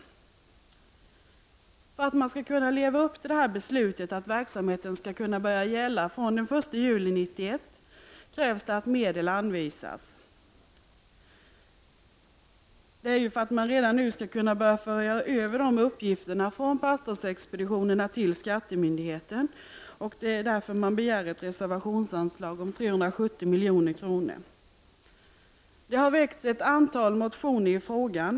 För att man skall kunna leva upp till beslutet om att den nya organisationen skall vara genomförd den 1 juli 1991 måste medel anvisas så att man redan nu kan börja föra över uppgifter från pastorsexpeditionerna till skattemyndigheten. Det har begärts ett reservationsanslag om 370 milj.kr. för detta ändamål. Ett antal motioner har väckts i frågan.